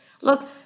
Look